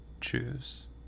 choose